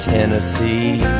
Tennessee